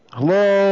Hello